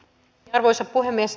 arvoisa puhemies